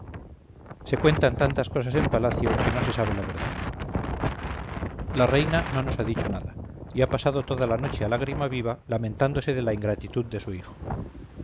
se cuentan tantas cosas en palacio que no se sabe la verdad la reina no nos ha dicho nada y ha pasado toda la noche a lágrima viva lamentándose de la ingratitud de su hijo